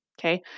Okay